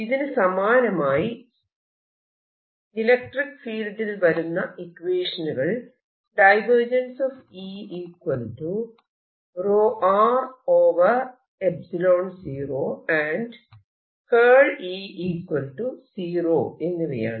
ഇതിനു സമാനമായി ഇലക്ട്രിക്ക് ഫീൽഡിൽ വരുന്ന ഇക്വേഷനുകൾ എന്നിവയാണ്